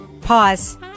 Pause